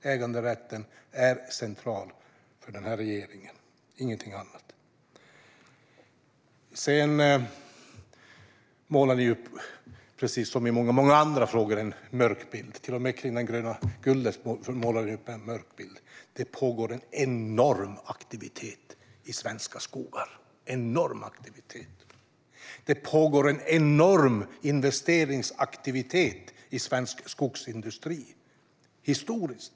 Äganderätten är inget annat än central för regeringen. Som i många andra frågor målar ni en mörk bild. Även kring det gröna guldet målar ni upp en mörk bild. Det pågår en enorm aktivitet i svenska skogar. Det pågår en enorm investeringsaktivitet i svensk skogsindustri. Den är historisk.